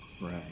Right